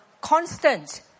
constant